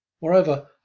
Moreover